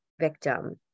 victim